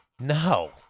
No